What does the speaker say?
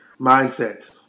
Mindset